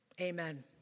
amen